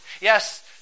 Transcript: Yes